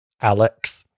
Alex